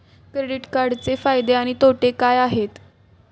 Credit कार्डचे फायदे आणि तोटे काय आहेत?